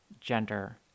gender